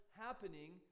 happening